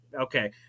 okay